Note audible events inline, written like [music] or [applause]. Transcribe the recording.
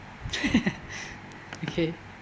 [laughs] okay